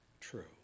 true